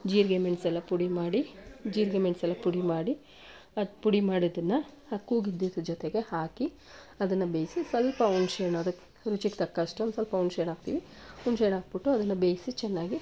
ಜೀರಿಗೆ ಮೆಣಸೆಲ್ಲ ಪುಡಿ ಮಾಡಿ ಜೀರಿಗೆ ಮೆಣಸೆಲ್ಲ ಪುಡಿ ಮಾಡಿ ಅದು ಪುಡಿ ಮಾಡಿದ್ದನ್ನು ಆ ಕೂಗಿದ್ದಿದ್ರೆ ಜೊತೆಗೆ ಹಾಕಿ ಅದನ್ನು ಬೇಯಿಸಿ ಸ್ವಲ್ಪ ಹುಣಸೆ ಹಣ್ಣು ಅದಕ್ಕೆ ರುಚಿಗೆ ತಕ್ಕಷ್ಟು ಒಂದು ಸ್ವಲ್ಪ ಹುಣಸೆ ಹಣ್ಣು ಹಾಕ್ತೀವಿ ಹುಣ್ಸೆ ಹಣ್ಣು ಹಾಕ್ಬಿಟ್ಟು ಅದನ್ನು ಬೇಯಿಸಿ ಚೆನ್ನಾಗಿ